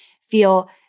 feel